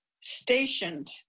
stationed